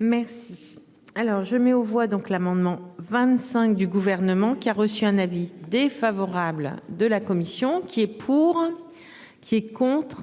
Merci. Alors je mets aux voix donc l'amendement 25 du gouvernement qui a reçu un avis défavorable de la commission. Qui ont qui est pour. Qui est contre.